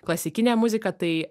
klasikinę muziką tai